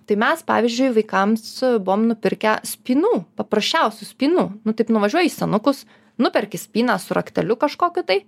tai mes pavyzdžiui vaikams buvom nupirkę spynų paprasčiausių spynų nu taip nuvažiuoji į senukus nuperki spyną su rakteliu kažkokiu tai